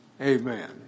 amen